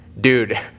Dude